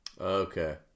Okay